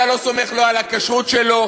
אתה לא סומך לא על הכשרות שלו,